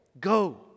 go